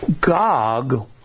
Gog